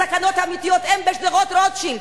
הסכנות האמיתיות הן בשדרות-רוטשילד,